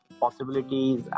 possibilities